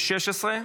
16?